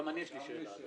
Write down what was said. גם לי יש שאלה, אדוני.